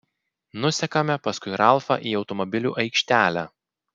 nusekame paskui ralfą į automobilių aikštelę